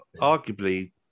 Arguably